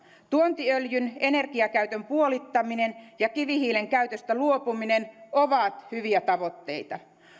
tuontiöljyn energiakäytön puolittaminen ja kivihiilen käytöstä luopuminen ovat hyviä tavoitteita